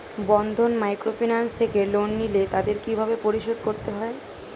বন্ধন microfinance থেকে loan নিলে তাদের কিভাবে পরিশোধ করতে হয়?